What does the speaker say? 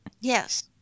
Yes